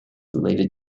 related